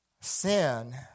Sin